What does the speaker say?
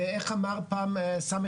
ואיך אמר פעם ס.